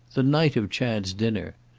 the night of chad's dinner.